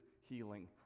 healing